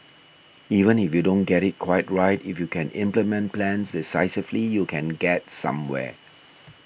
even if you don't get it quite right if you can implement plans decisively you can get somewhere